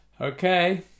Okay